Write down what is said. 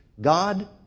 God